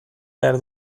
behar